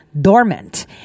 dormant